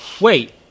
wait